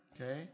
Okay